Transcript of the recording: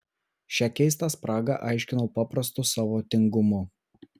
šią keistą spragą aiškinau paprastu savo tingumu